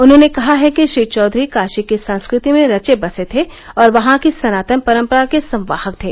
उन्होंने कहा है कि श्री चौधरी काशी की संस्कृति में रचे बसे थे और वहां की सनातन परंपरा के संवाहक थे